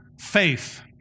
faith